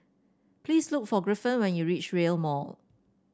please look for Griffin when you reach Rail Mall